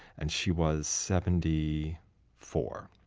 and she was seventy four.